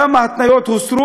כמה התניות הוסרו,